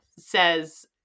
Says